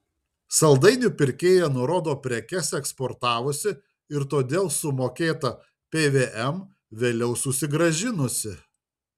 saldainių pirkėja nurodo prekes eksportavusi ir todėl sumokėtą pvm vėliau susigrąžinusi